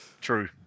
True